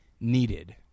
needed